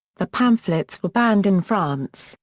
the pamphlets were banned in france,